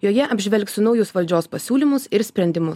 joje apžvelgsiu naujus valdžios pasiūlymus ir sprendimu